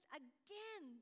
again